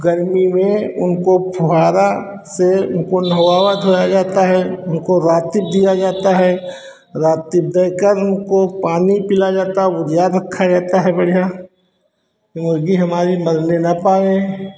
गर्मी में उनको फव्वारा से उनको नहाया धोया जाता है उनको रातिक दिया जाता है रातिक देकर उनको पानी पिलाया जाता है उजियार रखा जाता है बढ़िया कि मुर्गी हमारी मरने न पावै